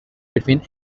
between